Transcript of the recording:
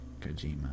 Kojima